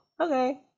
okay